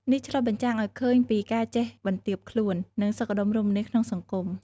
នេះឆ្លុះបញ្ចាំងឱ្យឃើញពីការចេះបន្ទាបខ្លួន និងសុខដុមរមនាក្នុងសង្គម។